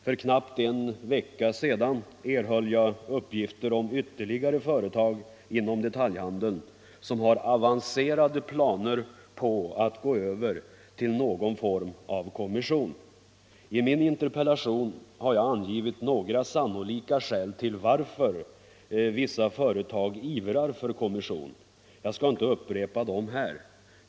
För knappt en vecka sedan erhöll jag uppgifter om ytterligare företag inom detaljhandeln som har avancerade planer på att gå över till någon form av kommission. I min interpellation har jag angivit några sannolika skäl till varför vissa företag ivrar för kommission. Jag skall inte upprepa dem här.